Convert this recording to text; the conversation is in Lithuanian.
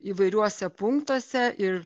įvairiuose punktuose ir